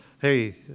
hey